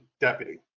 deputy